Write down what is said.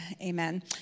Amen